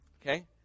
okay